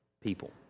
people